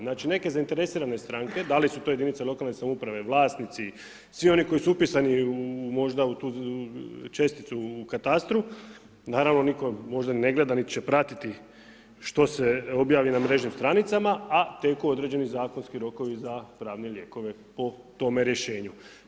Znači neke zainteresirane stranke, da li su to jedinice lokalne samouprave, vlasnici, svi oni koji su upisani možda u česticu u katastru, naravno nitko možda ne gleda, nit će pratiti što se objavi na mrežnim stranicama, a teku određeni zakonski rokovi za pravne lijekove po tome rješenju.